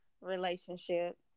relationship